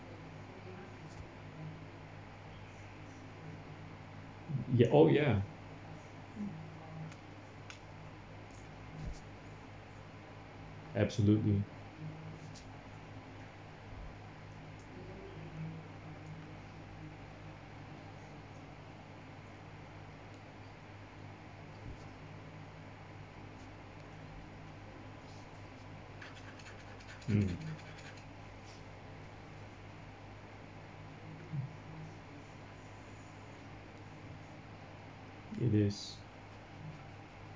oh ya absolutely mm it is